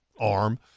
arm